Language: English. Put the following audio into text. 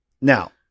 Now